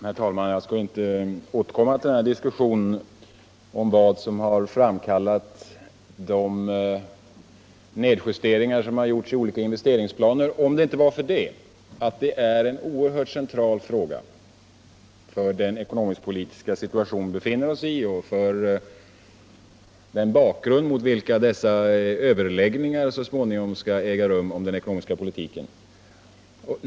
Herr talman! Jag skulle inte ha återkommit till diskussionen om vad som har framkallat de nedjusteringar som har gjorts i olika investeringsplaner om det inte var för att det är en oerhört central fråga för den ekonomisk-politiska situation som vi befinner oss i och för den bakgrund mot vilken överläggningar så småningom skall äga rum om den ekonomiska politiken.